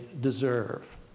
deserve